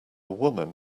woman